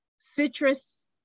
citrus